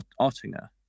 Ottinger